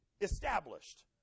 established